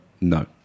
No